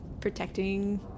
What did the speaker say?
Protecting